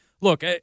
look